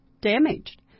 damaged